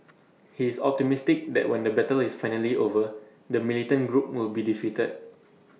he is optimistic that when the battle is finally over the militant group will be defeated